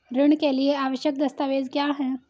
ऋण के लिए आवश्यक दस्तावेज क्या हैं?